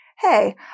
hey